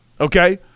Okay